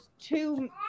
two